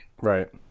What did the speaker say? Right